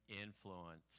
influence